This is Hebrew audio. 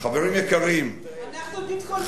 חברים יקרים, אנחנו ביטחוניסטים.